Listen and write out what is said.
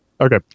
Okay